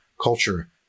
culture